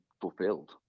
fulfilled